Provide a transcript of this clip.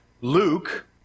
Luke